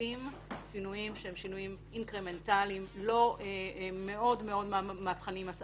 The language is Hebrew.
מעדיפים שינויים אינקרמנטליים לא מאוד מהפכניים.